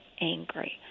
angry